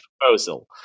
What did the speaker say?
proposal